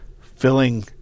filling